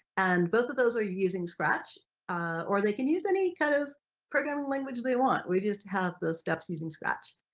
and both of those are using scratch or they can use any kind of programming language they want we, just have the steps using scratch.